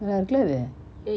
நல்லாருகுல இது:nallarukula ithu